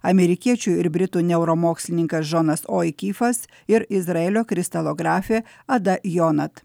amerikiečių ir britų neuromokslininkas džonas oi kyfas ir izraelio kristalografi ada jonat